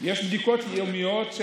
יש בדיקות יומיות.